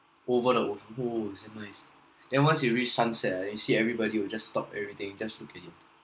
over the whole damn nice ah then once you reach sunset ah you see everybody will just stop everything just look at it